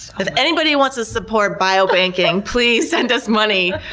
if anybody wants to support biobanking, please send us money.